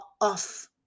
off